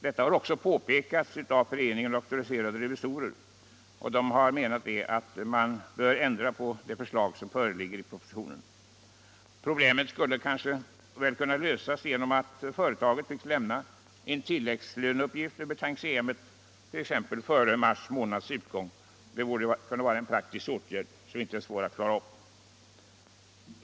Detta har också påpekats av Föreningen Auktoriserade revisorer, som menar att man bör ändra det förslag som föreligger i propositionen. Problemet skulle väl kunna lösas genom att företaget fick lämna en tilläggslöneuppgift över tantiemet t.ex. före mars månads utgång. Det är en praktisk åtgärd som inte borde vara svår att genomföra.